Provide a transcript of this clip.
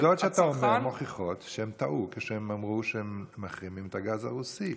העובדות שאתה אומר מוכיחות שהם טעו כשהם אמרו שהם מחרימים את הגז הרוסי.